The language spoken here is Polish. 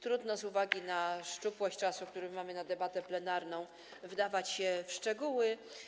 Trudno z uwagi na szczupłość czasu, który mamy na debatę plenarną, wdawać się w szczegóły.